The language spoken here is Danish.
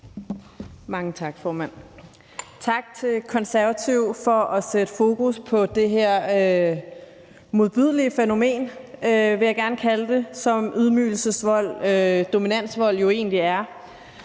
Mange tak, formand. Tak til Konservative for at sætte fokus på det her modbydelige fænomen, vil jeg gerne kalde det, som ydmygelsesvold og dominansvold jo egentlig er.